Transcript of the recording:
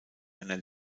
einer